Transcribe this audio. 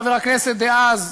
חבר הכנסת דאז,